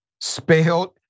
spelled